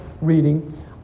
reading